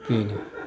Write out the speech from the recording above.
बेनो